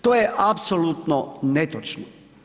To je apsolutno netočno.